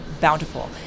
bountiful